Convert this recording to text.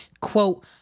quote